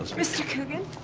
mister coogan?